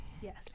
Yes